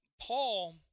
Paul